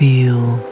Feel